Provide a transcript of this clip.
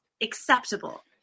acceptable